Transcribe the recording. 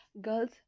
girls